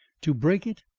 to break it,